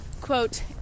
quote